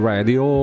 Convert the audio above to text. Radio